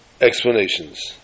explanations